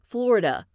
Florida